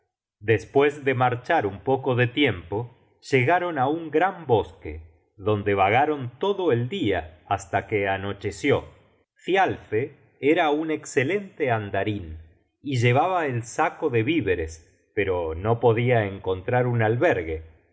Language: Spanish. despues de marchar un poco de tiempo llegaron á un gran bosque donde vagaron todo el dia hasta que anocheció thialfe era un escelente andarin y llevaba el saco de víveres pero no podia encontrar un albergue por